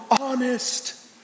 honest